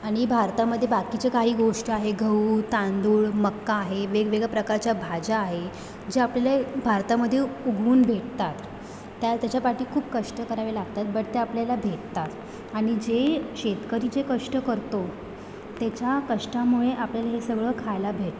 आणि भारतामध्ये बाकीच्या काही गोष्टी आहे गहू तांदूळ मका आहे वेगवेगळ्या प्रकारच्या भाज्या आहे जे आपल्याला भारतामध्ये उगवून भेटतात त्या त्याच्यापाठी खूप कष्ट करावे लागतात बट ते आपल्याला भेटतात आणि जे शेतकरी जे कष्ट करतो तेच्या कष्टामुळे आपल्याला हे सगळं खायला भेटतं